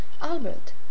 Albert